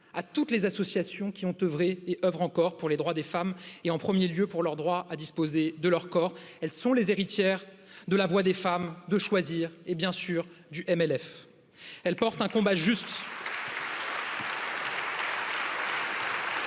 à toutes les associations qui ont œuvré et œuvrent encore pour les droits des femmes et, en 1ᵉʳ lieu, pour leur droit à disposer de leur corps. Elles sont les héritières de la voix des femmes de choisir et, bien sûr, du F. Elles portent un combat juste.